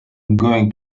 going